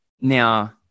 now